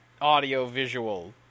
audio-visual